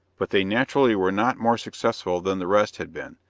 but they naturally were not more successful than the rest had been,